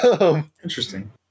Interesting